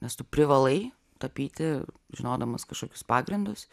nes tu privalai tapyti žinodamas kažkokius pagrindus